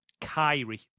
Kyrie